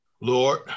lord